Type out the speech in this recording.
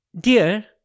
Dear